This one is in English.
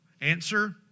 answer